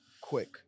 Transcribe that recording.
quick